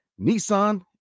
Nissan